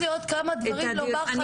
יש לי עוד כמה דברים לומר חשובים.